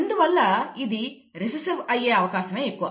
ఇందువల్ల ఇది రెసెసివ్ అయ్యే అవకాశమే ఎక్కువ